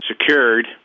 secured